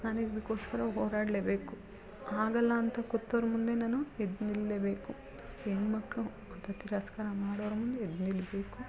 ನಾನು ಇದಕ್ಕೋಸ್ಕರ ಹೋರಾಡಲೇಬೇಕು ಆಗಲ್ಲ ಅಂತ ಕುತ್ತೋರ ಮುಂದೆ ನಾನು ಎದ್ದು ನಿಲ್ಲಲ್ಲೇಬೇಕು ಹೆಣ್ಮಕ್ಳು ಅಂತ ತಿರಸ್ಕಾರ ಮಾಡೋರ ಮುಂದೆ ಎದ್ದು ನಿಲ್ಲಬೇಕು